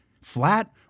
flat